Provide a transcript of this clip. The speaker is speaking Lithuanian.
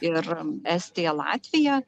ir estija latvija